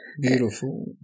Beautiful